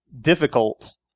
difficult